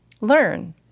learn